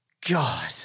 God